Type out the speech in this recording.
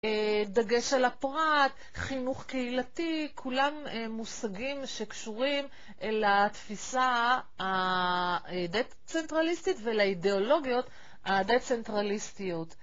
דגש על הפרט, חינוך קהילתי, כולם מושגים שקשורים לתפיסה הדה-צנטרליסטית ולאידיאולוגיות הדה-צנטרליסטיות.